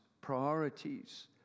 Priorities